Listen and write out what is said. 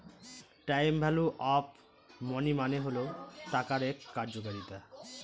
time value of money মানে হল টাকার এক কার্যকারিতা